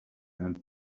and